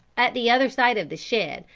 at the other side of the shed,